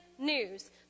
news